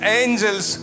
angels